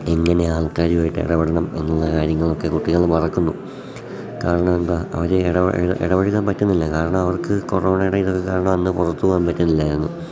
എങ്ങനെ ആൾക്കാരുമായിട്ട് ഇടപെടണം എന്നുള്ള കാര്യങ്ങളൊക്കെ കുട്ടികൾ മറക്കുന്നു കാരണം എന്താ അവർ ഇടപഴകാൻ പറ്റുന്നില്ല കാരണം അവർക്ക് കൊറോണയുടേ ഇതൊക്കെ കാരണം അന്ന് പുറത്ത് പോകാൻ പറ്റുന്നില്ലായിരുന്നു